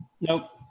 Nope